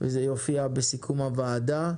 וזה יופיע בסיכום הוועדה.